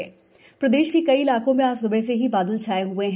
मौसम प्रदेश के कई इलाकों में आज सुबह से ही बादल छाये हुए हैं